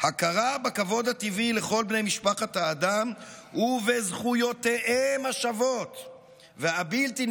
"הכרה בכבוד הטבעי לכל בני משפחת האדם ובזכויותיהם השוות והבלתי-נפקעות